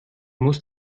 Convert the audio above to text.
musst